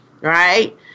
right